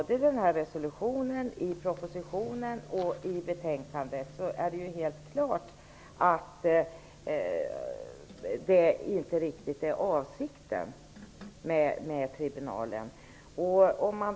I resolutionen, propositionen och i betänkandet framgår det klart att detta inte riktigt är avsikten med tribunalen.